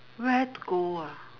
where to go ah